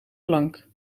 plank